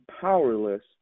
powerless